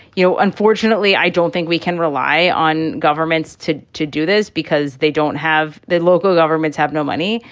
you know, unfortunately, i don't think we can rely on governments to to do this because they don't have the local governments have no money.